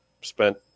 spent